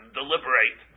deliberate